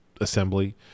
assembly